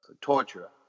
torture